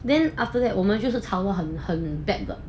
then after that 我们就是吵的很很 bad 的